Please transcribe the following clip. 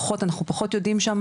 אנחנו פחות יודעים שם,